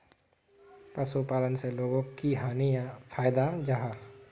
पशुपालन से लोगोक की हानि या फायदा जाहा?